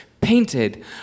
painted